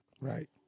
Right